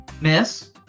miss